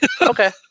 Okay